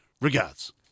regards